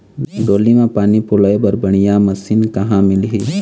डोली म पानी पलोए बर बढ़िया मशीन कहां मिलही?